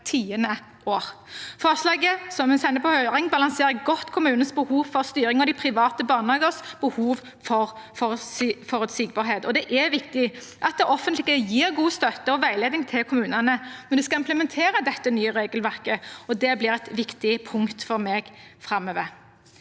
sender på høring, balanserer godt kommunenes behov for styring og de private barnehagenes behov for forutsigbarhet. Det er viktig at det offentlige gir god støtte og veiledning til kommunene når de skal implementere det nye regelverket, og det blir et viktig punkt for meg framover.